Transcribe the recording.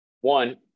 One